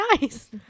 nice